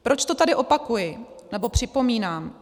Proč to tady opakuji, nebo připomínám.